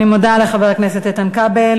אני מודה לחבר הכנסת איתן כבל.